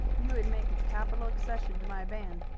you would make a capital accession to my band,